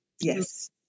Yes